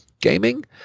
gaming